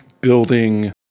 building